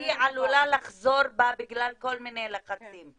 היא עלולה לחזור בה בגלל כל מיני לחצים.